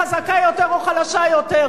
חזקה יותר או חלשה יותר?